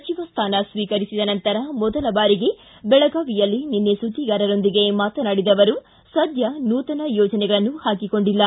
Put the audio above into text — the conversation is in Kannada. ಸಚಿವ ಸ್ವಾನ ಸ್ವೀಕರಿಸಿದ ನಂತರ ಮೊದಲ ಬಾರಿಗೆ ಬೆಳಗಾವಿಯಲ್ಲಿ ನಿನ್ನೆ ಸುದ್ವಿಗಾರರೊಂದಿಗೆ ಮಾತನಾಡಿದ ಅವರು ಸದ್ದ ನೂತನ ಯೋಜನೆಗಳನ್ನು ಪಾಕಿಕೊಂಡಿಲ್ಲ